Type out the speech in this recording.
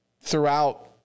throughout